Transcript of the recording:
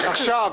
התוכנית.